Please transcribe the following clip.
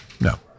No